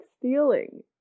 stealing